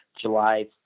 July